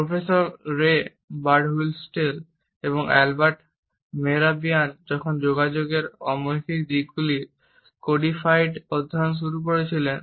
professor Ray Birdwhistell এবং Albert Mehrabian যখন যোগাযোগের অমৌখিক দিকগুলির কোডিফাইড অধ্যয়ন শুরু করেছিলেন